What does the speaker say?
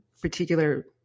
particular